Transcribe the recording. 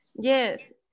Yes